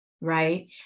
right